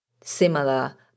similar